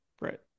Right